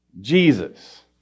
Jesus